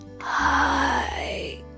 Hi